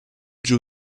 giù